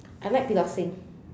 I like Piloxing